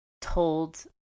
told